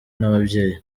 n’ababyeyi